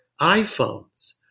iPhones